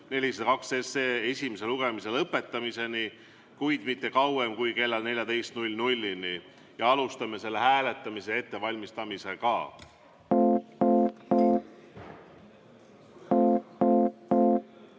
402 esimese lugemise lõpetamiseni, kuid mitte kauem kui kella 14‑ni. Alustame selle hääletamise ettevalmistamist. Kas